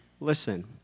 listen